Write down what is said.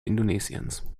indonesiens